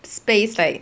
space like